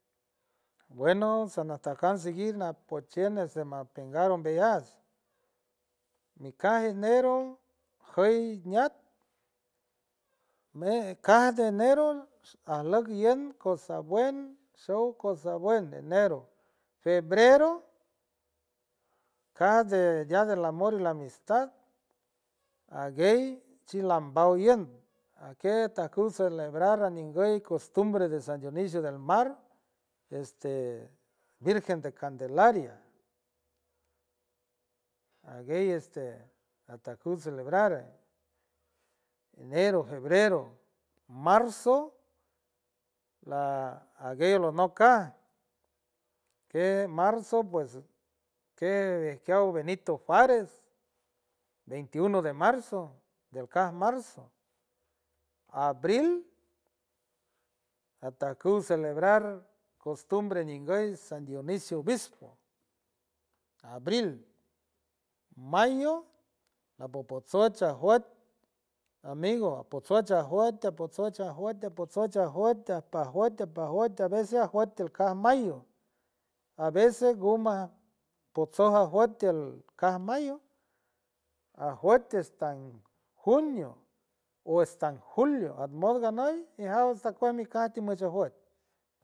Bueno sanatajkants seguinanpeoching este mapier urg umbeyuts micaj enero joy ñat mej ukeats caje enero aslok yun cosa buen sow, cosa bien enero, febrero cajts de día del amor y la amistad aguey chilambeoy yun ajket astajkut celebrar aninguy costumbre de san dionisio del mar este virgen de candelaria aguey este ajtaj kut celebrar enero, febrero, marzo la aguey aloj no kat que marzo pues que dij waw benito juarez 21 de marzo dejcuaw marzo, abril ajtajkut celebrar costumbre nguy san dionisio obispo abril, mayo apotpotso chaj wat amigo apotso chaj wat, apotsoj chaj wat apotso chaj wat apaj, wat apaj, wat auesia juolt tekal mayo a veces guma potsoj awat tiel caj mayo ajuot estan junio u estan julio atmon ganuy mijaw xicuaj mi cualtijuaxot.